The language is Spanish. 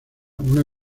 una